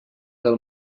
del